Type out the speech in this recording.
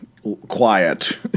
Quiet